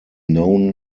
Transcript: known